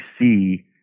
see